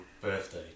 birthday